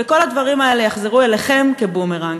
וכל הדברים האלה יחזרו אליכם כבומרנג.